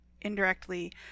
indirectly